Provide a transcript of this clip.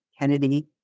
Kennedy